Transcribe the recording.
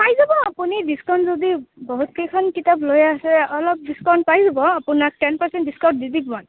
পাই যাব আপুনি ডিচকাউণ্ট যদি বহুতকেইখন কিতাপ লৈ আছে অলপ ডিচকাউণ্ট পাই যাব আপোনাক টেন পাৰ্চেণ্ট ডিচকাউণ্ট দি দিম মই